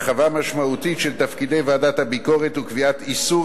הרחבה משמעותית של תפקידי ועדת הביקורת וקביעת איסור